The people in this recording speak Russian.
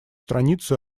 страницу